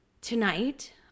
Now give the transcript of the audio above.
tonight